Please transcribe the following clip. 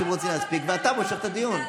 אנשים רוצים להספיק ואתה מושך את הדיון.